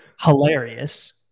hilarious